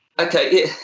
Okay